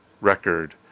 record